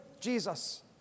jesus